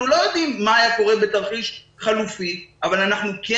אנחנו לא יודעים מה היה קורה בתרחיש חלופי אבל אנחנו כן